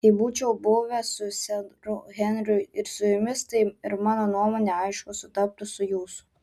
jei būčiau buvęs su seru henriu ir su jumis tai ir mano nuomonė aišku sutaptų su jūsų